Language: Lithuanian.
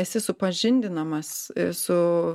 esi supažindinamas su